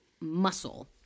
muscle